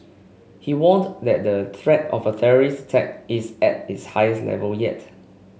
he warned that the threat of a terrorist tack is at its highest level yet